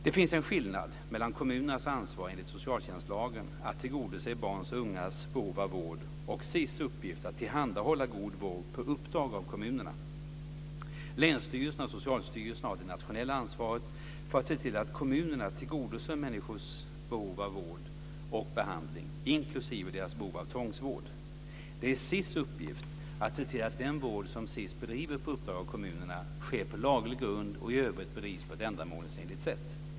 Det finns en skillnad mellan kommunernas ansvar enligt socialtjänstlagen att tillgodose barns och ungas behov av vård och SiS uppgift att tillhandahålla god vård på uppdrag av kommunerna. Länsstyrelserna och Socialstyrelsen har det nationella ansvaret för att se till att kommunerna tillgodoser människors behov av vård och behandling, inklusive deras behov av tvångsvård. Det är SiS uppgift att se till att den vård som SiS bedriver på uppdrag av kommunerna sker på laglig grund och i övrigt bedrivs på ett ändamålsenligt sätt.